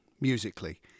musically